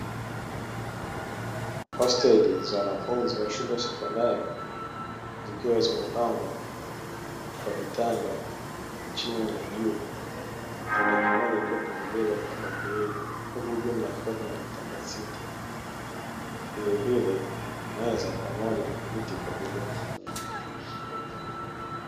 Hosteli za wanafunzi wa shule ya sekondari vikiwa vimepangwa kwa vitanda chini na juu, kitanda kimoja kikiwa kimebeba vitanda viwili huku jumla kukiwa na vitanda sita. Vilevile meza na kiti kwajili ya kujisomea.